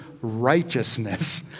righteousness